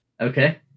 Okay